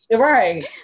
Right